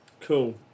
Cool